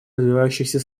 развивающихся